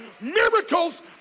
Miracles